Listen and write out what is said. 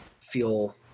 feel